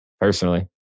Personally